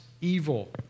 evil